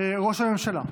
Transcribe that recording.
ראש הממשלה.